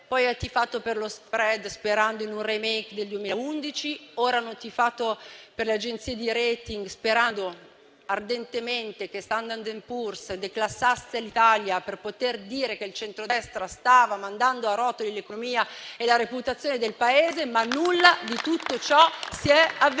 poi hanno tifato per lo *spread*, sperando in un *remake* del 2011; ora hanno tifato per le agenzie di *rating*, sperando ardentemente che Standard and Poor's declassasse l'Italia per poter dire che il centrodestra stava mandando a rotoli l'economia e la reputazione del Paese. Ma nulla di tutto ciò si è avverato.